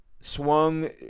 Swung